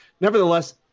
Nevertheless